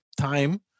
time